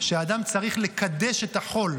שאדם צריך לקדש את החול.